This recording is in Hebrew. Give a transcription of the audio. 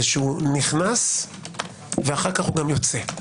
שנכנס ואז גם יוצא.